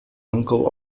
uncle